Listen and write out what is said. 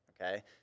Okay